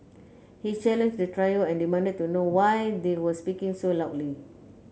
he challenged the trio and demanded to know why they were speaking so loudly